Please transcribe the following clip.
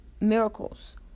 Miracles